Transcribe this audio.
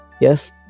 yes